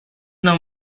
now